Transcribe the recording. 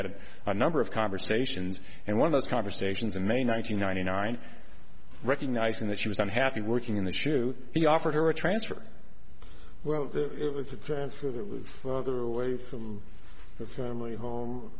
had a number of conversations and one of those conversations in may nine hundred ninety nine recognizing that she was unhappy working in the shoe he offered her a transfer well to transfer the other away from the family home